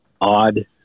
odd